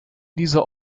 dieser